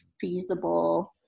feasible